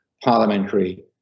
parliamentary